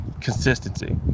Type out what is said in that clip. consistency